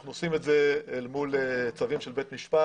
אנחנו עושים את זה אל מול צווים של בית משפט.